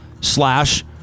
slash